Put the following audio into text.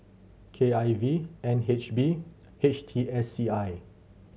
K I V N H B H T S C I